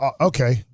Okay